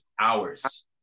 hours